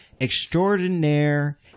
extraordinaire